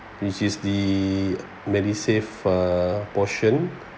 which is the medisave uh portion